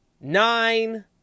Nine